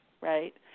right